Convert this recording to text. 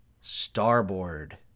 starboard